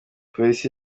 polisi